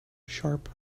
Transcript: sharp